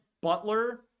butler